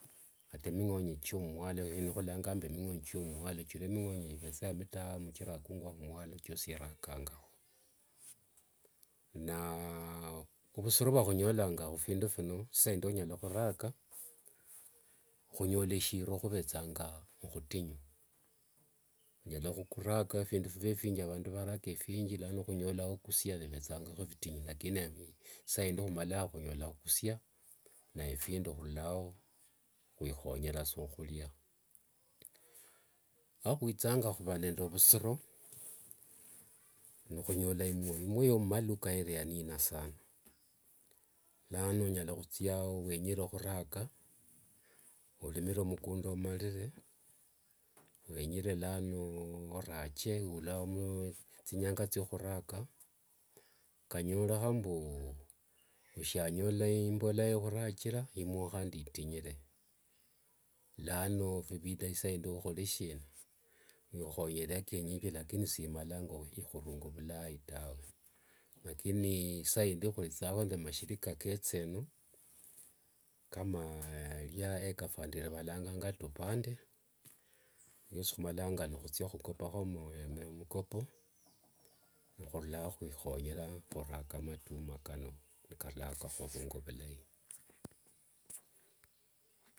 Kata emingonye chio mumwalo eno khulanganga mbu mikhonye cha khumwalo chiria mingonye chivethanga mitamuu kiria echosi erakanga naa vusiro vwakhunyolanga khuphindu phino isaa indi onyala khuraka khunyola shiro vivavitinyu onyala khuraka phindu phive phingi avandu varaka ephingi lano onyola wokusia phiva vutinyu lakini isaa indi khumalanga khunyola khukusia nae phindi khurulayo khwikhonyera saa khuria akhwithanga khuva nde vusiro nikhunyola imuo, imuo yomumaluka iria yanina sanaa lano onyala khuthia wenyeree khuraka orimire omukunda omarire wenyeree lano orache ula thinyanga thiokhuraka kanyorekha mbu oshanyola imborera ykhokhurakira imuo khandi itinyire lano vibida isaindi okhore shina wikhonyere kienyeji lakini simalanga ikhurunga vilai tawe lakini isa indi khuvethanga nde mashirika ketha eno kama ria acre fund ero valanganga tupande riosi khumalanga nikhuthia khukopa khomo mukopo khurulaoo khwikhonyera khuraka matumwa kano nkarulao karurunga vilai.